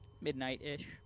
Midnight-ish